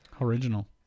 original